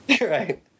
Right